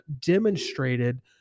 demonstrated